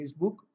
facebook